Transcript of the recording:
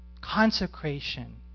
consecration